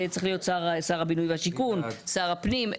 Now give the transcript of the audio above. זה צריך להיות שר הבינוי והשיכון, שר הפנים.